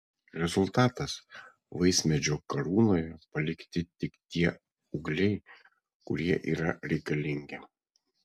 rezultatas vaismedžio karūnoje palikti tik tie ūgliai kurie yra reikalingi